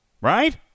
Right